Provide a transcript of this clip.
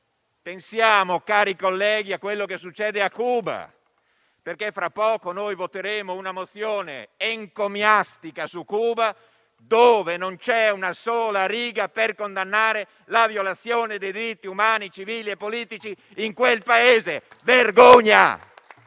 Pensiamo, cari colleghi, a quello che succede a Cuba, perché fra poco voteremo una mozione encomiastica su Cuba, nella quale non c'è una sola riga dove si condanna la violazione dei diritti umani, civili e politici in quel Paese, Vergogna!